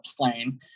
plane